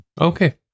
okay